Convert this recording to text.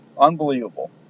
Unbelievable